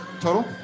total